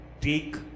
take